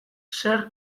zer